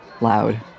loud